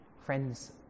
Friends